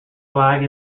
flag